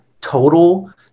total